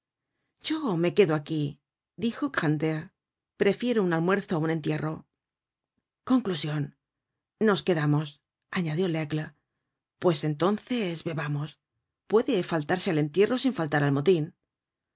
yo me quedo aquí dijo grantaire prefiero un almuerzo á un entierro conclusion nos quedamos añadió laigle pues entonces bebamos puede faltarse al entierro sin faltar al motin ah